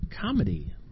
comedy